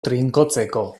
trinkotzeko